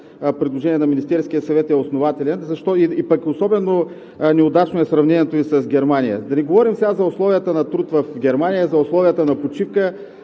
предложение на Министерския съвет, е основателен, пък особено неудачно е сравнението Ви с Германия. Да не говорим сега за условията на труд в Германия, за условията на почивка